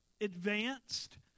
advanced